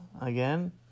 again